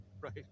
right